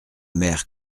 mère